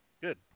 Good